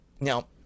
Now